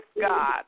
God